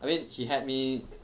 I mean he had me